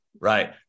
Right